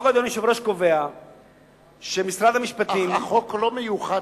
אדוני, החוק קובע שמשרד המשפטים, החוק לא מיוחד